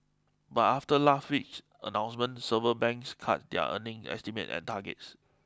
but after last week's announcement several banks cut their earnings estimates and targets